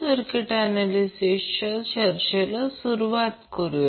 circuit ऍनॅलिसिसच्या चर्चेला सुरुवात करूया